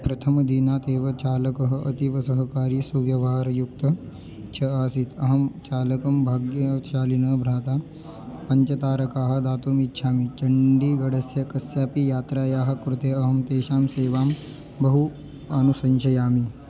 प्रथमदिनात् एव चालकः अतीव सहकारी सुव्यवहारयुक्तः च आसीत् अहं चालकं भाग्याशालिनं भ्राता पञ्चतारकाः दातुम् इच्छामि चण्डीगडस्य कस्यापि यात्रायाः कृते अहं तेषां सेवां बहु अनुसंशयामि